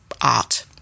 art